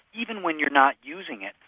even when you're not using it,